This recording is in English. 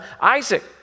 Isaac